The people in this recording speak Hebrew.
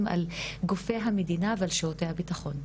גם על גופי המדינה ועל שירותי הביטחון.